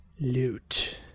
loot